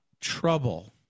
trouble